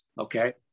Okay